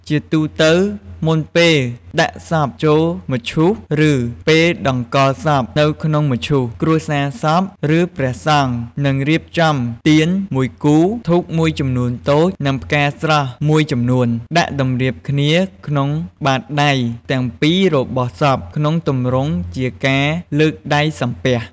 ជាទូទៅ មុនពេលដាក់សពចូលមឈូស ឬពេលតម្កល់សពនៅក្នុងមឈូស គ្រួសារសព ឬព្រះសង្ឃ នឹងរៀបចំ ទៀនមួយគូ ធូបមួយចំនួនតូច និង ផ្កាស្រស់មួយចំនួន ដាក់តម្រៀបគ្នាក្នុងបាតដៃទាំងពីររបស់សពក្នុងទម្រង់ជាការលើកដៃសំពះ។